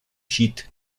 schied